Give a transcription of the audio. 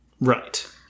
Right